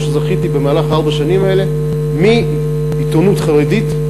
שזכיתי במהלך ארבע השנים האלה מהעיתונות החרדית,